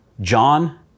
John